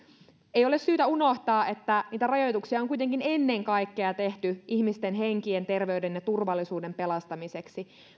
ei ole syytä unohtaa että niitä rajoituksia on kuitenkin ennen kaikkea tehty ihmisten henkien terveyden ja turvallisuuden pelastamiseksi